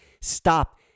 stop